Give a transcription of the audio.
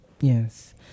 Yes